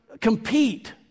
compete